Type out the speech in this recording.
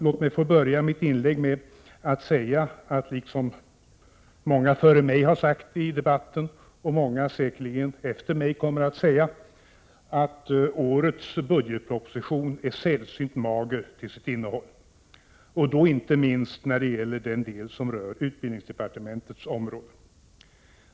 Låt mig börja med att säga — liksom många före mig i debatten har gjort och många efter mig säkerligen kommer att göra — att årets budgetproposition är sällsynt mager till sitt innehåll. Inte minst gäller det den del som rör utbildningsdepartementets område.